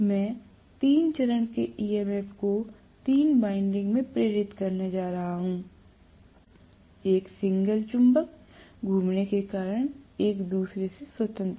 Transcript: तो मैं तीन चरण के EMF को तीन बाइंडिंग में प्रेरित करने जा रहा हूं एक सिग्नल चुंबक घूमने के कारण एक दूसरे से स्वतंत्र